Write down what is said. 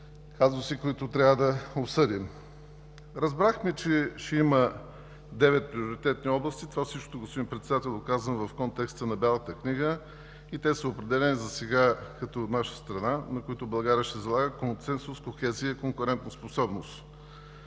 казуси, които трябва да обсъдим. Разбрахме, че ще има девет приоритетни области - това всичкото, господин председател, го казвам в контекста на Бялата книга, и те са определени засега, като от наша страна, на които България ще залага, са консенсус, кохезия и конкурентоспособност.